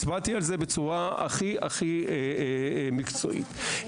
בצורה הכי מקצועית,